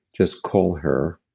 just call her,